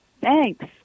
Thanks